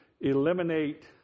eliminate